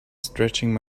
stretching